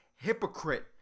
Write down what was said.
hypocrite